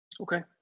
okay